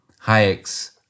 Hayek's